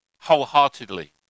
wholeheartedly